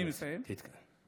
אני מסיים, אדוני.